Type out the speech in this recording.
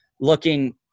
looking